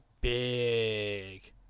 big